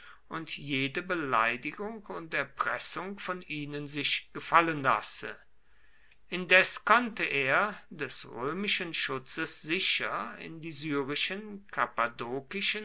und jede beleidigung und erpressung von ihnen sich gefallen lasse indes konnte er des römischen schutzes sicher in die syrischen